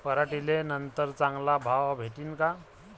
पराटीले नंतर चांगला भाव भेटीन का?